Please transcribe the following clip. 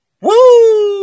Woo